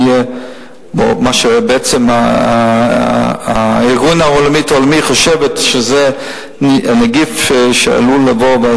שבעצם הארגון העולמי חושב שזה נגיף שעלול לבוא,